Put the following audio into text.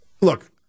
Look